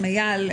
עם אייל,